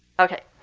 ok.